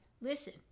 listen